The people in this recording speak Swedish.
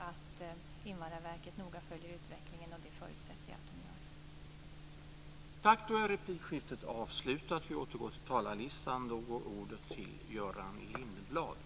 Men som jag sade är det naturligtvis viktigt att Invandrarverket noga följer utvecklingen, och det förutsätter jag att det gör.